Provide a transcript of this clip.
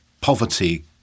poverty